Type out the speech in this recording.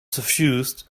suffused